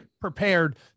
prepared